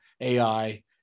AI